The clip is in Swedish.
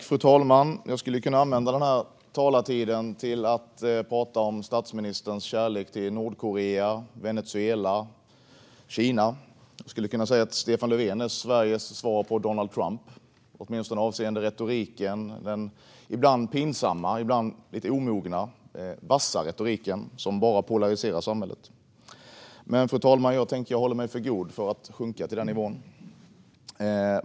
Fru talman! Jag skulle kunna använda denna talartid till att prata om statsministerns kärlek till Nordkorea, Venezuela och Kina. Jag skulle säga att Stefan Löfven är Sveriges svar på Donald Trump, åtminstone avseende den ibland pinsamma, lite omogna och vassa retoriken, som bara polariserar samhället. Men, fru talman, jag tänker hålla mig för god för att sjunka till den nivån.